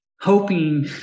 hoping